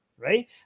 right